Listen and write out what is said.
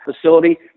facility